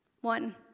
One